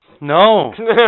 No